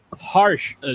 harsh